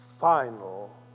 final